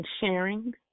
Sharing